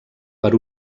per